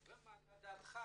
ואיך לדעתך